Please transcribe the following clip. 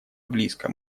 близко